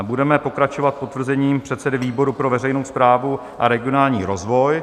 Budeme pokračovat potvrzením předsedy výboru pro veřejnou správu a regionální rozvoj.